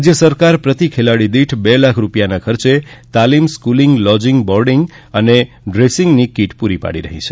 રાજ્ય સરકાર પ્રતિ ખેલાડી દીઠ બે લાખ રૂપિયાના ખર્ચે તાલીમ સ્કૂલિંગલોજીંગ બોડિંગ ડ્રેસિંગ કીટ પુરી પાડી રહી છે